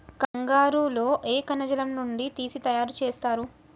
కంగారు లో ఏ కణజాలం నుండి తీసి తయారు చేస్తారు?